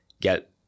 get